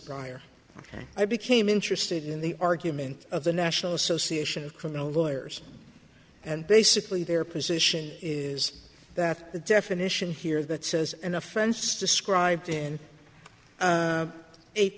aspire ok i became interested in the argument of the national association of criminal lawyers and basically their position is that the definition here that says an offense described in eight